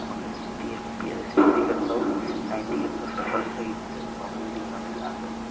നമക്ക് സിസ്റ്റിഎഫ്പി അതായത് സിസ്റ്റി ഗഡ്സൊ നൻറ്റി ഹഡ്സൊ രിഫറസ് റേറ്റ്സ് പ്രൊവൈഡെയ്യുന്നുണ്ടിതിനകത്ത് അപ്പം